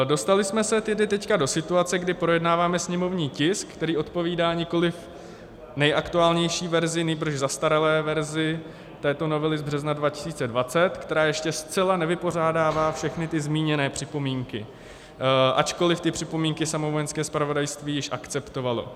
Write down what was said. Dostali jsme se tedy teď do situace, kdy projednáváme sněmovní tisk, který odpovídá nikoliv nejaktuálnější verzi, nýbrž zastaralé verzi této novely z března 2020, která ještě zcela nevypořádává všechny ty zmíněné připomínky, ačkoliv ty připomínky samo Vojenské zpravodajství již akceptovalo.